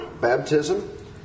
baptism